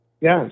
Yes